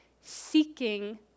seeking